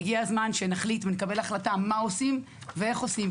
והגיע הזמן שנחליט ונקבל החלטה מה עושים ואיך עושים,